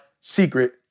secret